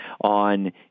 on